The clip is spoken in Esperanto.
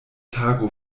tago